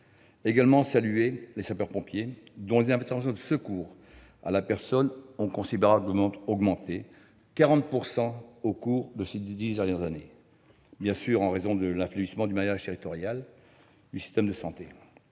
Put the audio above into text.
également saluer les sapeurs-pompiers dont les interventions de secours à la personne ont considérablement augmenté, de 40 % au cours de ces dix dernières années ! En raison de l'affaiblissement du maillage territorial du système de santé,